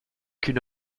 qu’une